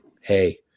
hey